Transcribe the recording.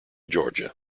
georgia